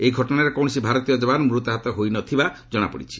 ଏହି ଘଟଣାରେ କୌଣସି ଭାରତୀୟ ଯବାନ ମୃତାହତ ହୋଇନଥିବା ଜଣାପଡ଼ିଛି